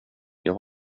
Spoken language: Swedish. jag